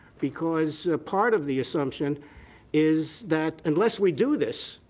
because part of the assumption is that unless we do this,